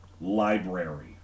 library